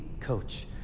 coach